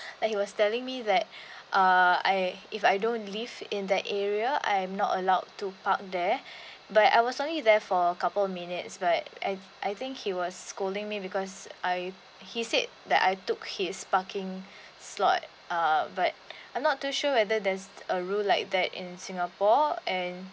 and he was telling me like uh I if I don't live in that area I'm not allowed to park there but I was only there for a of couple minutes but I I think he was scolding me because I he said that I took his parking slot uh but I'm not too sure whether there's a rule like that in singapore and